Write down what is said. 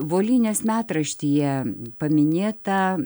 volynės metraštyje paminėta